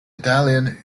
italian